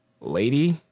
lady